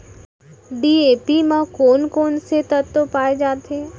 DAP म कोन कोन से तत्व पाए जाथे?